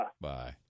Bye